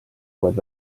uued